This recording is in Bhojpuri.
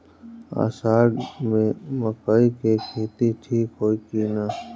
अषाढ़ मे मकई के खेती ठीक होई कि ना?